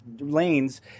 lanes